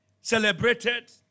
celebrated